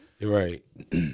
Right